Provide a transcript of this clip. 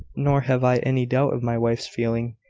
nor have i any doubt of my wife's feeling.